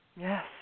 Yes